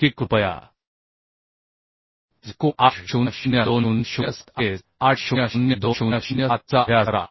की कृपया IS code 800 2007 IS 800 2007 चा अभ्यास करा